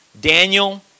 Daniel